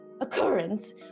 occurrence